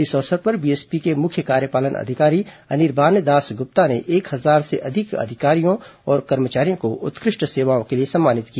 इस अवसर पर बीएसपी के मुख्य कार्यपालन अधिकारी अनिर्बान दास ग्रप्ता ने एक हजार से अधिक अधिकारियों और कर्मचारियों को उत्कृष्ट सेवाओं के लिए सम्मानित किया